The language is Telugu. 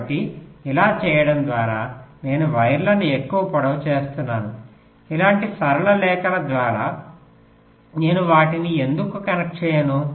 కాబట్టి ఇలా చేయడం ద్వారా నేను వైర్లను ఎక్కువ పొడవు చేస్తున్నాను ఇలాంటి సరళ రేఖల ద్వారా నేను వాటిని ఎందుకు కనెక్ట్ చేయను